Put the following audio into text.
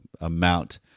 amount